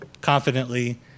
confidently